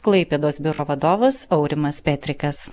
klaipėdos biuro vadovas aurimas petrikas